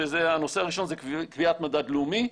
כשהנושא הראשון זה קביעת מדד לאומי.